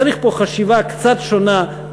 צריך פה חשיבה קצת שונה,